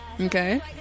Okay